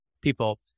people